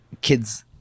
kids